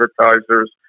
advertisers